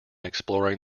exploring